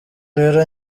rero